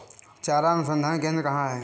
चारा अनुसंधान केंद्र कहाँ है?